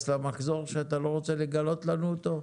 למחזור שאתה לא רוצה לגלות לנו אותו?